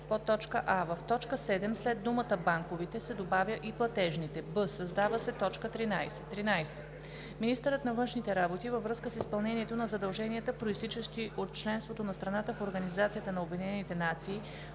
ал. 3: а) в т. 7 след думата „банковите“ се добавя „и платежните“; б) създава се т. 13: „13. министърът на външните работи във връзка с изпълнението на задълженията, произтичащи от членството на страната в